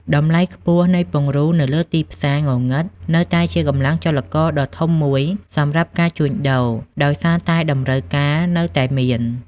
តម្លៃខ្ពស់ នៃពង្រូលនៅលើទីផ្សារងងឹតនៅតែជាកម្លាំងចលករដ៏ធំមួយសម្រាប់ការជួញដូរ ដោយសារតែតម្រូវការនៅតែមាន។